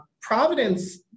Providence